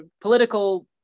political